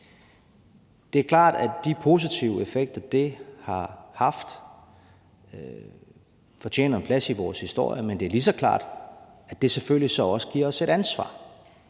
Det er klart, at de positive effekter, det har haft, fortjener en plads i vores historie, men det er lige så klart, at det så selvfølgelig også giver os et ansvar.